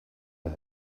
day